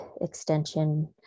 extension